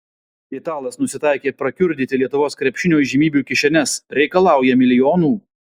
italas nusitaikė prakiurdyti lietuvos krepšinio įžymybių kišenes reikalauja milijonų